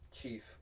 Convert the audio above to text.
Chief